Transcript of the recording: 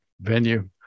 venue